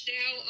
now